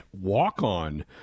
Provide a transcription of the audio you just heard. walk-on